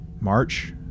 March